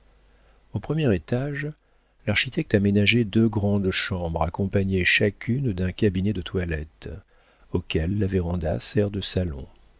au premier étage l'architecte a ménagé deux grandes chambres accompagnées chacune d'un cabinet de toilette auxquelles la varanda sert de salon